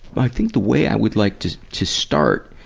i think the way i would like to, to start,